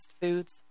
foods